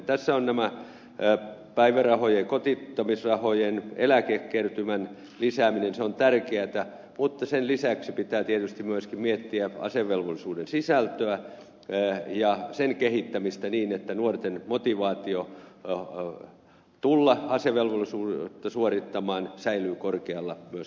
tässä on päivärahojen kotiuttamisrahojen eläkekertymän lisääminen se on tärkeätä mutta sen lisäksi pitää tietysti myöskin miettiä asevelvollisuuden sisältöä ja sen kehittämistä niin että nuorten motivaatio tulla asevelvollisuutta suorittamaan säilyy korkealla myös tulevaisuudessa